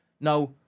Now